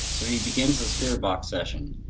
so he begins this farebox session.